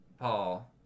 Paul